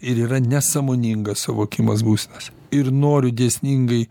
ir yra nesąmoningas suvokimas būsenos ir noriu dėsningai